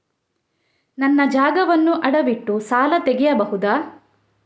ನನ್ನ ಜಾಗವನ್ನು ಅಡವಿಟ್ಟು ಸಾಲ ತೆಗೆಯಬಹುದ?